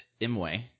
Imwe